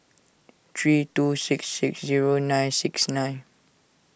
three two six six zero nine six nine